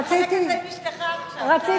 רציתי, את זה עם אשתך עכשיו, חיים.